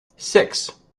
six